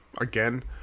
again